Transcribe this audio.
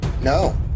No